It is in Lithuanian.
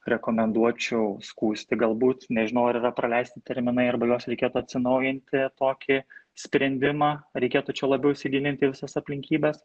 rekomenduočiau skųsti galbūt nežinau ar yra praleisti terminai arba juos reikėtų atsinaujinti tokį sprendimą reikėtų čia labiau įsigilinti į visas aplinkybes